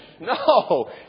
No